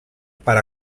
per